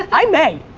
i may.